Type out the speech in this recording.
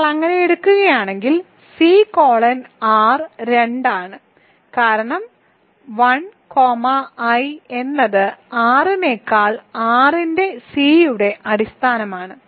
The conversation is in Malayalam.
നിങ്ങൾ അങ്ങനെ എടുക്കുകയാണെങ്കിൽ സി കോളൻ ആർ 2 ആണ് കാരണം 1 കോമ i എന്നത് R നെക്കാൾ R ന്റെ C യുടെ അടിസ്ഥാനമാണ്